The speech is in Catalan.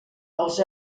els